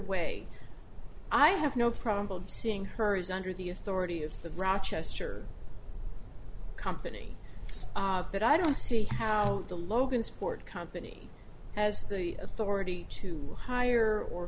way i have no problem seeing her as under the authority of the rochester company but i don't see how the logansport company has the authority to hire or